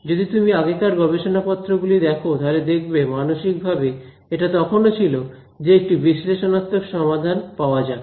যদি তুমি আগেকার গবেষণাপত্র গুলি দেখো তাহলে দেখবে মানসিকভাবে এটা তখনও ছিল যে একটি বিশ্লেষণাত্মক সমাধান পাওয়া যাক